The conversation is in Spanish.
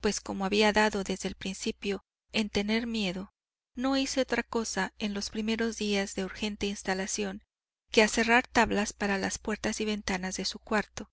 pues como había dado desde el principio en tener miedo no hice otra cosa en los primeros días de urgente instalación que aserrar tablas para las puertas y ventanas de su cuarto